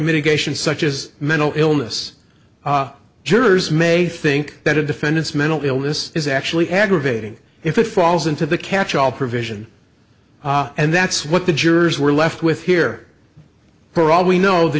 mitigation such as mental illness jurors may think that a defendant's mental illness is actually aggravating if it falls into the catch all provision and that's what the jurors were left with here for all we know the